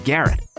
Garrett